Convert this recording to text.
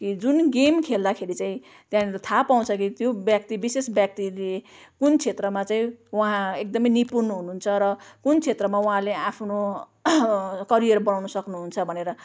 कि जुन गेम खेल्दाखेरि चाहिँ त्यहाँनिर थाहा पाउँछ कि त्यो व्यक्ति विशेष व्यक्तिले कुन क्षेत्रमा चाहिँ उहाँ एकदमै निपुण हुनुहुन्छ र कुन क्षेत्रमा उहाँले आफ्नो करियर बनाउन सक्नुहुन्छ भनेर